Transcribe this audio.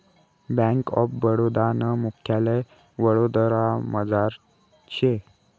bank of Baroda नं मुख्यालय वडोदरामझार शे